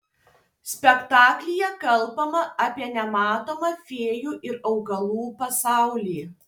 spektaklyje kalbama apie nematomą fėjų ir augalų pasaulį